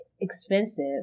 expensive